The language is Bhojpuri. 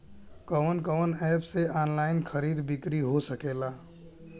कवन कवन एप से ऑनलाइन खरीद बिक्री हो सकेला?